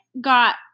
got